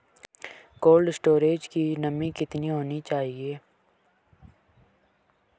Cold storage की नमी कितनी होनी चाहिए?